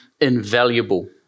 invaluable